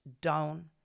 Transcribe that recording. down